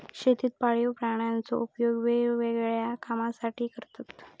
शेतीत पाळीव प्राण्यांचो उपयोग वेगवेगळ्या कामांसाठी करतत